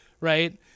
right